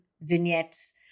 vignettes